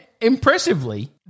Impressively